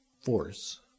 force